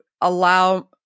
allow